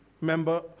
member